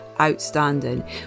outstanding